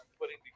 putting